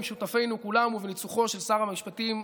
עם שותפינו כולם ובניצוחו של שר המשפטים,